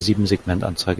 siebensegmentanzeige